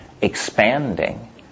expanding